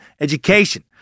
education